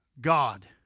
God